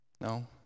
No